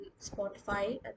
Spotify